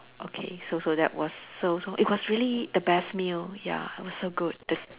okay so so that was so so it was really the best meal ya it was so good the